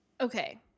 Okay